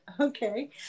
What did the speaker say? Okay